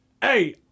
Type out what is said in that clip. hey